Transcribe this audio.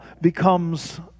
becomes